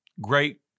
great